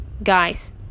Guys